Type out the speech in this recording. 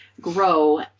grow